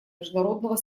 международного